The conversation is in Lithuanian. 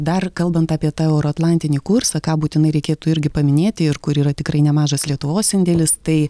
dar kalbant apie tą euroatlantinį kursą ką būtinai reikėtų irgi paminėti ir kur yra tikrai nemažas lietuvos indėlis tai